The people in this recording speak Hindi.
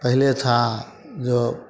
पहले था जो